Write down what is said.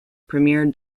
premier